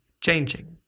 changing